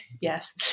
yes